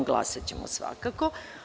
Glasaćemo svakako.